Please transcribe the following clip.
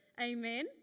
Amen